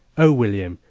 oh, william,